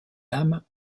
âmes